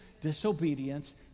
disobedience